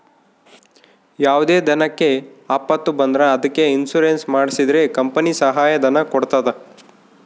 ಯಾವುದೇ ದನಕ್ಕೆ ಆಪತ್ತು ಬಂದ್ರ ಅದಕ್ಕೆ ಇನ್ಸೂರೆನ್ಸ್ ಮಾಡ್ಸಿದ್ರೆ ಕಂಪನಿ ಸಹಾಯ ಧನ ಕೊಡ್ತದ